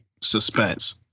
suspense